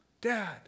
Dad